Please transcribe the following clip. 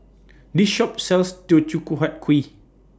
This Shop sells Teochew Huat Kuih